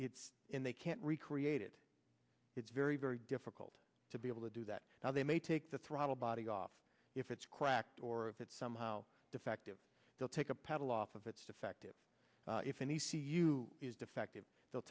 it's and they can't recreate it it's very very difficult to be able to do that now they may take the throttle body off if it's cracked or that somehow defective they'll take a pedal off of it's defective if an e c u is defective they'll